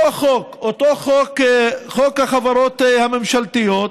אותו חוק, חוק החברות הממשלתיות,